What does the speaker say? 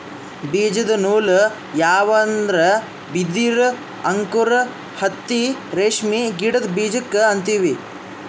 ಬೀಜದ ನೂಲ್ ಯಾವ್ ಅಂದ್ರ ಬಿದಿರ್ ಅಂಕುರ್ ಹತ್ತಿ ರೇಷ್ಮಿ ಗಿಡದ್ ಬೀಜಕ್ಕೆ ಅಂತೀವಿ